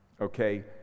Okay